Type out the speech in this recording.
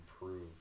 improve